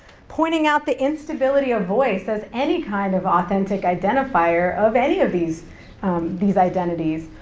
pointing out the instability of voice as any kind of authentic identifier of any of these these identities,